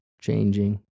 changing